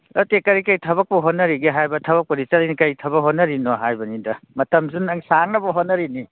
ꯅꯠꯇꯦ ꯀꯔꯤ ꯀꯔꯤ ꯊꯕꯛꯄꯨ ꯍꯣꯠꯅꯔꯤꯒꯦ ꯍꯥꯏꯕ ꯊꯕꯛꯄꯨꯗꯤ ꯆꯠꯂꯤꯅꯤ ꯀꯩ ꯊꯕꯛ ꯍꯣꯠꯅꯔꯤꯝꯅꯣ ꯍꯥꯏꯕꯅꯤꯗ ꯍꯥꯏꯕꯅꯤꯗ ꯃꯇꯝꯁꯨ ꯅꯪ ꯁꯥꯡꯅꯕ ꯍꯣꯠꯅꯔꯤꯝꯅꯤ